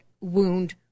wound